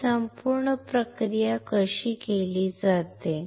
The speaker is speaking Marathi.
ही संपूर्ण प्रक्रिया कशी केली जाते